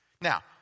Now